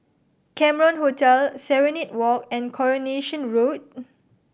Cameron Hotel Serenade Walk and Coronation Road